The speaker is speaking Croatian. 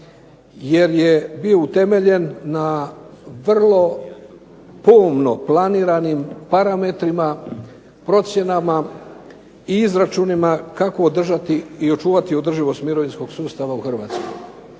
Jer je bio utemeljen na vrlo pomno planiranim parametrima, ocjenama i izračunima kako održati i očuvati održivost mirovinskog sustava u Hrvatskoj.